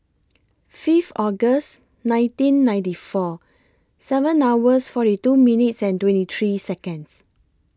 Fifth August nineteen ninety four seven hours forty two minutes and twenty three Seconds